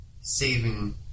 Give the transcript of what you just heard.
saving